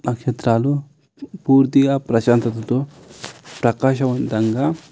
నక్షత్రాలు పూర్తిగా ప్రశాంతతతో ప్రకాశంవంతంగా